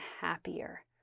happier